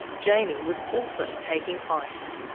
jaimie was also taking ice.